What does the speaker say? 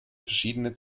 verschiedene